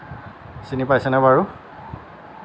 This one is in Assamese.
চিনি পাইছে নে বাৰু